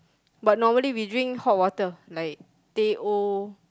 but normally we drink hot water like teh O